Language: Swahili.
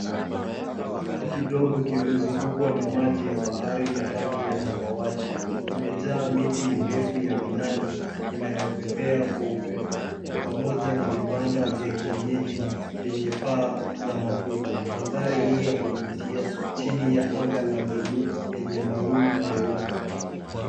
Kisiwa kidogo kimezungukwa na maji ya bahari ya rangi ya samawati, kimejaa miti mirefu ya minazi inayopepea kwa upepo, pamoja na vibanda vya kienyeji vyenye paa za makuti. Manthari hii ya kuvutia, chini ya anga la samawati lenye mawingu meupe.